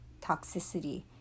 toxicity